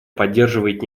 поддерживает